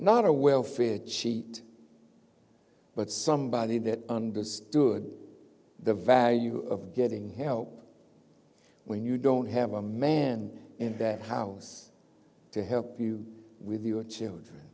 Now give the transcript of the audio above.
not a welfare cheat but somebody that understood the value of getting help when you don't have a man in the house to help you with your children